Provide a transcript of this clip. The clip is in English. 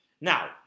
Now